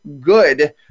Good